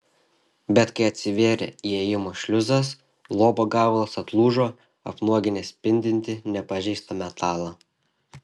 bet kai atsivėrė įėjimo šliuzas luobo gabalas atlūžo apnuoginęs spindintį nepažeistą metalą